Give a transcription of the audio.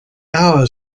bade